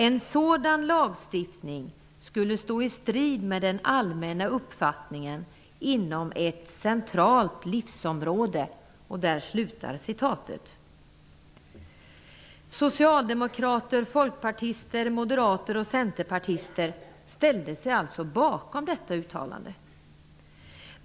En sådan lagstiftning skulle stå i strid med den allmänna uppfattningen inom ett centralt livsområde.'' Socialdemokrater, folkpartister, moderater och centerpartister ställde sig alltså bakom detta uttalande.